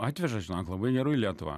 atveža žinok labai gerų į lietuvą